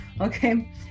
Okay